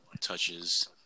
touches